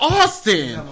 Austin